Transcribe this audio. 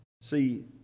See